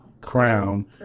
crown